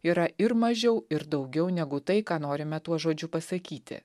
yra ir mažiau ir daugiau negu tai ką norime tuo žodžiu pasakyti